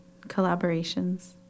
collaborations